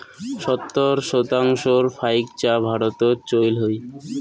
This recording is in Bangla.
সত্তর শতাংশর ফাইক চা ভারতত চইল হই